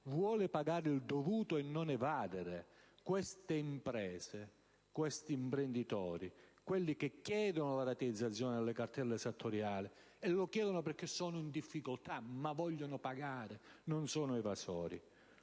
vuole pagare il dovuto e non evadere. Queste imprese, questi imprenditori, quelli che chiedono la rateizzazione delle cartelle esattoriali lo fanno perché sono in difficoltà, vogliono pagare, non sono evasori.